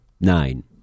nine